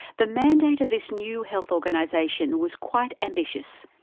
the mandate of this new health organisation was quite ambitious.